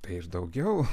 tai ir daugiau